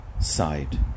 side